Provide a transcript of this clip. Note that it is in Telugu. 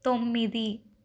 తొమ్మిది